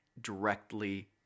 directly